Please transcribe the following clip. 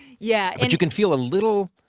yeah. but you can feel a little,